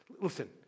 listen